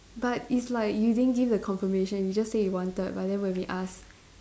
but it's like you didn't give the confirmation you just say you wanted but then when we asked